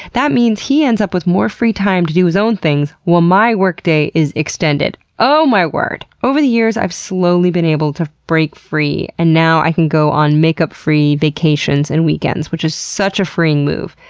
that means he ends up with more free time to do his own things while my workday is extended. oh my word! over the years i have slowly been able to break free, and now i can go on makeup-free vacations and weekends which is such a freeing move!